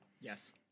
yes